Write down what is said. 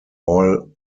all